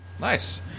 Nice